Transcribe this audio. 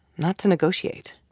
not to negotiate